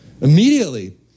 Immediately